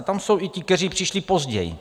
Tam jsou i ti, kteří přišli později.